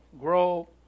grow